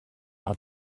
are